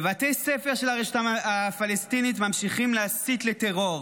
בבתי ספר של הרשות הפלסטינית ממשיכים להסית לטרור,